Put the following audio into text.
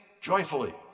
joyfully